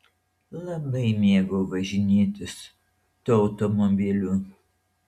labai mėgau važinėtis tuo automobiliu